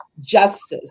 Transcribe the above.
justice